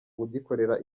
kugikorera